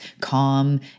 calm